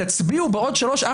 תצביעו עוד 3 ,